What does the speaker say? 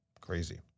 Crazy